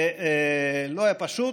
לא היה פשוט,